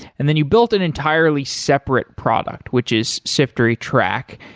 and then you built an entirely separate product, which is siftery track.